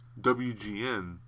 WGN